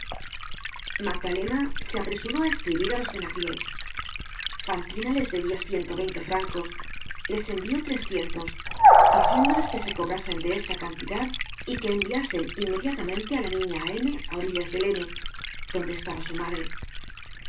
magdalena se apresuró á escribir á los thenardier fantina les debia ciento veinte francos les envió trescientos diciéndoles que se cobrasen de esta cantidad y que enviasen inmediatamente á la niña á m á orillas del m donde estaba su madre